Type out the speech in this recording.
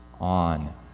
on